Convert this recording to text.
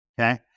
Okay